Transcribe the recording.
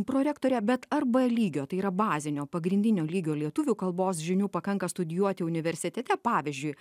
prorektore bet ar b lygio tai yra bazinio pagrindinio lygio lietuvių kalbos žinių pakanka studijuoti universitete pavyzdžiui